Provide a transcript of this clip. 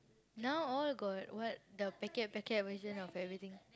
now all got what the packet packet version of everything